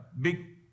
big